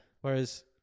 Whereas